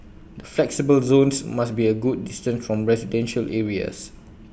the flexible zones must be A good distance from residential areas